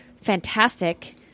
fantastic